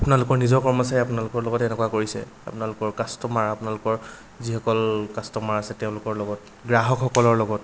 আপোনালোকৰ নিজৰ কৰ্মচাৰীয়ে আপোনালোকৰ লগত এনেকুৱা কৰিছে আপোনালোকৰ কাষ্টমাৰ আপোনালোকৰ যিসকল কাষ্টমাৰ আছে তেওঁলোকৰ লগত গ্ৰাহকসকলৰ লগত